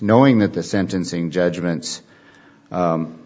knowing that the sentencing judgments